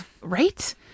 Right